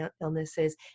illnesses